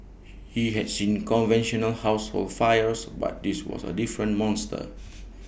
he had seen conventional household fires but this was A different monster